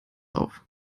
auf